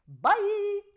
Bye